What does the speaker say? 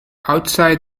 outside